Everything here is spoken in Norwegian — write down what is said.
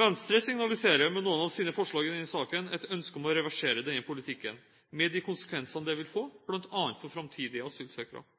Venstre signaliserer med noen av sine forslag i denne saken et ønske om å reversere denne politikken, med de konsekvensene det vil få, bl.a. for framtidige asylsøkere.